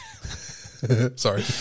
Sorry